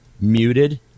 muted